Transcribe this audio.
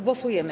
Głosujemy.